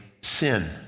sin